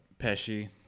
Pesci